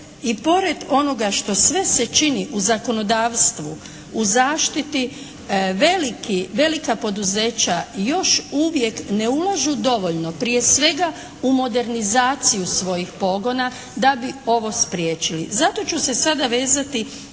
i pored onoga što sve se čini u zakonodavstvu, u zaštiti velika poduzeća još uvijek ne ulažu dovoljno prije svega u modernizaciju svojih pogona da bi ovo spriječili. Zato ću se sada vezati